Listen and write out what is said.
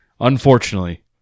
Unfortunately